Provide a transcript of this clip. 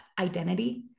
identity